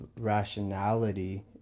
rationality